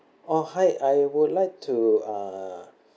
oh hi I would like to uh